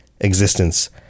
existence